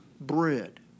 bread